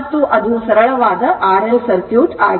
ಮತ್ತು ಅದು ಸರಳವಾಗಿ R L ಸರ್ಕ್ಯೂಟ್ ಆಗಿದೆ